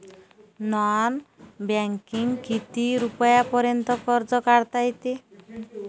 Non बँकिंगनं किती रुपयापर्यंत कर्ज काढता येते?